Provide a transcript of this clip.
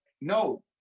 no